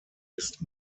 ist